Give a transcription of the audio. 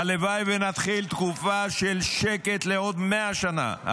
הלוואי שנתחיל תקופה של שקט לעוד 100 שנה.